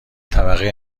طبقه